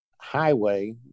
highway